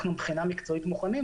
אנחנו מבחינה מקצועית מוכנים,